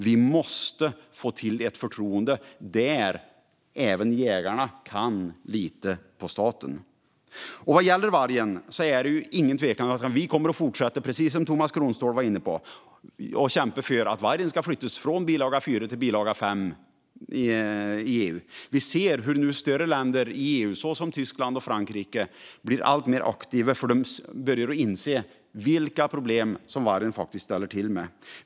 Vi måste få till ett förtroende där även jägarna kan lita på staten. Vad gäller vargen är det ingen tvekan om att vi kommer att fortsätta, precis som Tomas Kronståhl var inne på, att kämpa för att vargen ska flyttas från bilaga 4 till bilaga 5 i EU. Vi ser nu hur större länder i EU, såsom Tyskland och Frankrike, blir alltmer aktiva. De börjar inse vilka problem som vargen ställer till med.